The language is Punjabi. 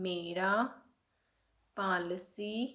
ਮੇਰਾ ਪਾਲਿਸੀ